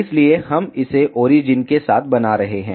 इसलिए हम इसे ओरिजिन के साथ बना रहे हैं